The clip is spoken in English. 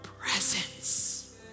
presence